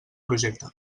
projecte